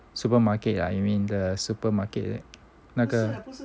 supermarket ah you mean the supermarket 的那个